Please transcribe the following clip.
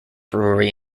brewery